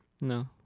No